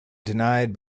denied